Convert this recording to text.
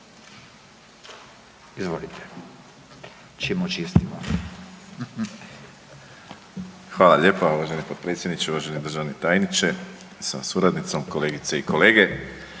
Izvolite. **Borić, Josip (HDZ)** Hvala lijepa uvaženi potpredsjedniče, uvaženi državni tajniče sa suradnicom, kolegice i kolege.